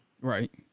Right